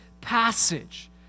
passage